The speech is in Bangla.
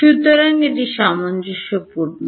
সুতরাং এটি সামঞ্জস্যপূর্ণ